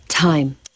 Time